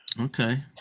Okay